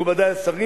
מכובדי השר,